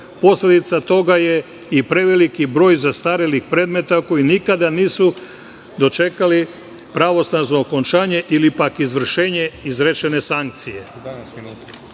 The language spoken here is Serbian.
Posledica toga je i preveliki broj zastarelih predmeta, koji nikada nisu dočekali pravosnažno okončanje ili pak izvršenje izrečene sankcije.U